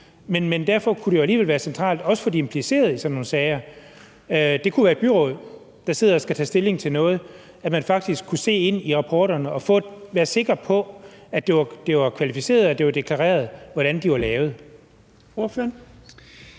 Men derfor kunne det jo alligevel være centralt også for de implicerede i sådan nogle sager – det kunne være et byråd, der sidder og skal tage stilling til noget – at man faktisk kunne se ind i rapporterne og være sikker på, at det var kvalificeret og deklareret, hvordan de var lavet. Kl.